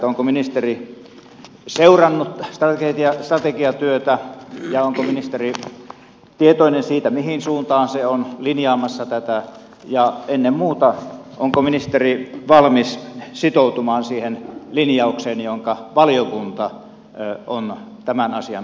onko ministeri seurannut strategiatyötä ja onko ministeri tietoinen siitä mihin suuntaan se on linjaamassa tätä ja ennen muuta onko ministeri valmis sitoutumaan siihen linjaukseen jonka valiokunta on tämän asian osalta tehnyt